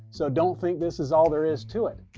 so don't think this is all there is to it.